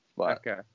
Okay